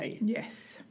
yes